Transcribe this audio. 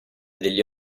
degli